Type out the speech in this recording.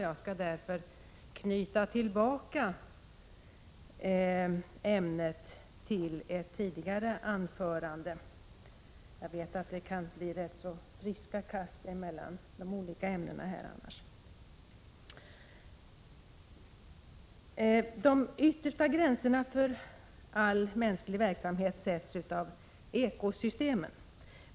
Jag skall därför knyta tillbaka till ett tidigare anförande i ämnet. Jag vet att det annars kan bli rätt så friska kast mellan de olika ämnena. ”De yttersta gränserna för all mänsklig verksamhet sätts av ekosystemen.